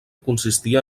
consistia